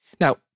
Now